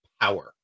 power